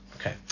okay